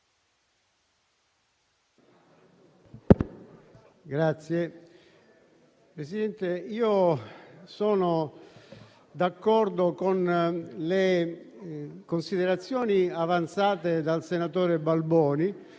Signor Presidente, io sono d'accordo con le considerazioni avanzate dal senatore Balboni